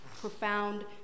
profound